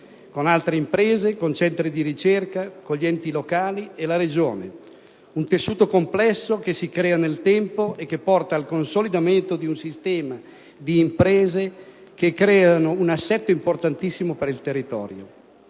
con altre imprese, con centri di ricerca, con gli Enti locali e la Regione, un tessuto complesso che si crea nel tempo e che porta al consolidamento di un sistema di imprese che determina un *assett* importantissimo per il territorio.